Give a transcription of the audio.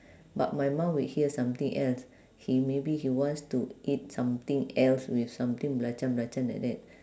but my mum would hear something else he maybe he wants to eat something else with something belacan belacan like that